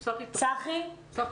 צחי פיס,